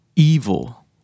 Evil